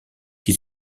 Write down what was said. qui